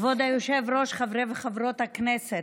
כבוד היושב-ראש, חברי וחברות הכנסת,